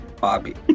Bobby